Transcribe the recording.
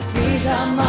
Freedom